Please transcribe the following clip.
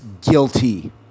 guilty